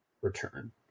return